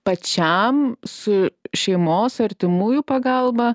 pačiam su šeimos artimųjų pagalba